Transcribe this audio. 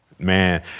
Man